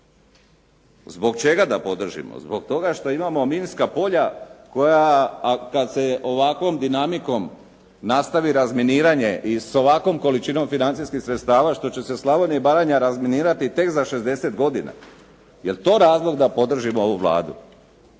Zbog čega da podržimo? Zbog toga što imamo minska polja koja kada se ovakvom dinamikom nastavi razminiranje i s ovakvom količinom financijskih sredstava što će se Slavonija i Baranja razminirati tek za 60 godina. Jel' to razlog da podržim ovu Vladu?